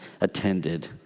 attended